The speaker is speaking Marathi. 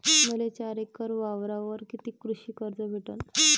मले चार एकर वावरावर कितीक कृषी कर्ज भेटन?